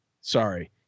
Sorry